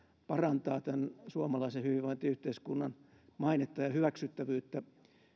parantaa tämän suomalaisen hyvinvointiyhteiskunnan mainetta ja hyväksyttävyyttä